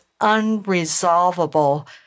unresolvable